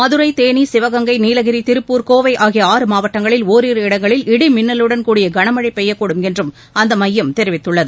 மதுரை தேனி சிவகங்கை நீலகிரி திருப்பூர் கோவை ஆகிய ஆறு மாவட்டங்களில் ஒரிரு இடங்களில் இடி மின்னலுடன் கூடிய கனமழை பெய்யக்கூடும் என்றும் அந்த மையம் தெரிவித்துள்ளது